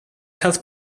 health